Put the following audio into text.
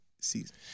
season